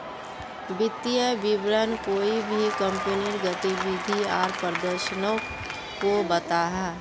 वित्तिय विवरण कोए भी कंपनीर गतिविधि आर प्रदर्शनोक को बताहा